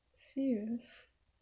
serious